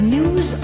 News